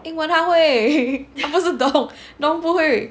英文他会他不是 dong dong 不会